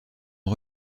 une